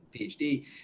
PhD